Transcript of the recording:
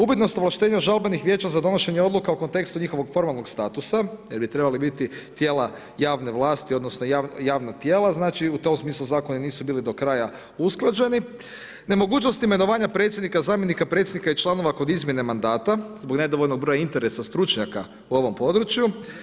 Upitnost ovlaštenja žalbenih vijeća za donošenje odluka u kontekstu njihovog formalnog statusa jer bi trebali biti tijela javne vlasti odnosno javna tijela, znači u tom smislu zakoni nisu bili do kraja usklađeni, nemogućnost imenovanja predsjednika, zamjenika predsjednika i članova kod izmjene mandata, zbog nedovoljnog broja interesa stručnjaka u ovom području.